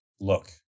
look